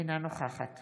אינה נוכחת